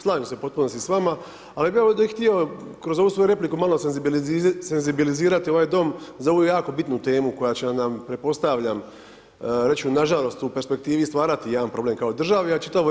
Slažem se u potpunosti s vama, ali bi ja ovdje htio, kroz ovu svoju repliku, malo senzibilizirati ovaj Dom, za ovu jako bitnu temu, koja će nam pretpostavljam, reći ću nažalost u perspektivi stvarati jedan problem kao državi, a čitavoj EU.